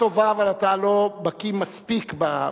שאלתך טובה, אבל אתה לא בקי מספיק בתהליך.